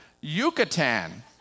Yucatan